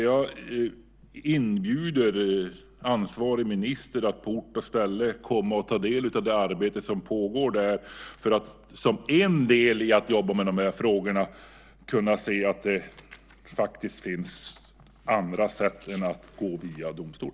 Jag inbjuder alltså ansvarig minister att på ort och ställe ta del av det arbete som pågår för att som en del i jobbet med de här frågorna kunna se att det faktiskt finns andra sätt än att gå via domstol.